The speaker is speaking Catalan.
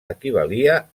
equivalia